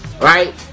Right